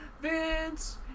Vince